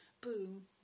boom